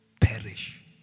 perish